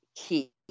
key